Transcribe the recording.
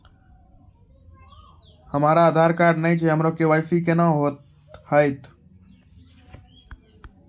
हमरा आधार कार्ड नई छै हमर के.वाई.सी कोना हैत?